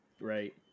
Right